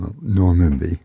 Normanby